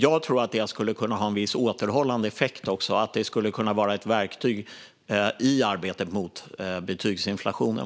Jag tror att det skulle kunna ha en viss återhållande effekt och kunna vara ett verktyg i arbetet mot betygsinflationen.